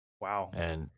Wow